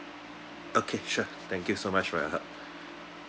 okay sure thank you so much for your help